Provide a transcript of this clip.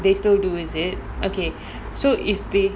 they still do is it okay so if they